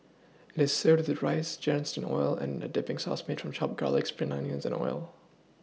it is served with rice drenched in oil and a dipPing sauce made of chopped garlic spring onions and oil